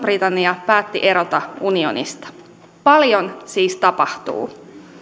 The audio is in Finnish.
britannia päätti erota unionista paljon siis tapahtuu